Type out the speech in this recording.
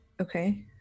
Okay